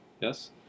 yes